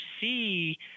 see